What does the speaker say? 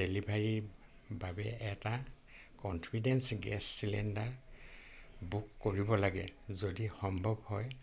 ডেলিভাৰীৰ বাবে এটা কন্ফিডেঞ্চ গেছ চিলিণ্ডাৰ বুক কৰিব লাগে যদি সম্ভৱ হয়